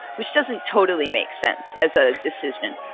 which doesn't totally make sense as a decision.